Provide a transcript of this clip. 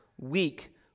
weak